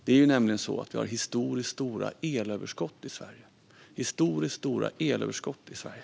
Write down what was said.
Vi har nämligen historiskt stora elöverskott i Sverige.